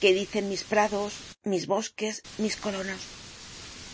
que dicen mis prados mis bosques mis colonos